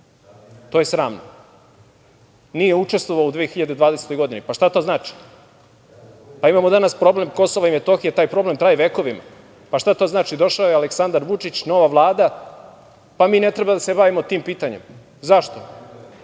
to je sramno. Nije učestvovao u 2020. godini. Pa šta to znači? Imamo danas problem Kosova i Metohije. Taj problem traje vekovima. Šta to znači? Došao je Aleksandar Vučić, nova Vlada, pa mi ne treba da se bavimo tim pitanjem. Zašto?